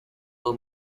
pull